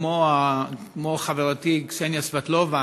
כמו חברתי קסניה סבטלובה,